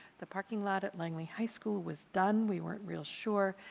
the parking lot at langley high school was done. we weren't real sure.